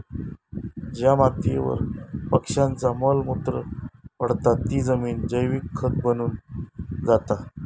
ज्या मातीयेवर पक्ष्यांचा मल मूत्र पडता ती जमिन जैविक खत बनून जाता